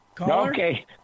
Okay